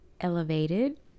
elevated